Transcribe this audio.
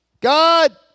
God